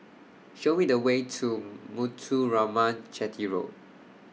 Show We The Way to Muthuraman Chetty Road